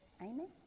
Amen